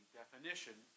definition